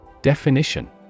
Definition